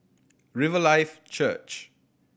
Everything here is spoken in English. Riverlife Church